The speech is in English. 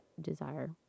desire